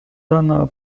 данного